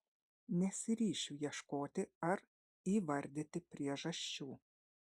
nesiryšiu ieškoti ar įvardyti priežasčių